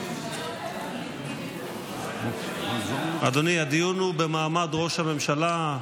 לאומי, אדוני, הדיון הוא במעמד ראש הממשלה.